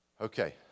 Okay